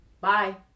bye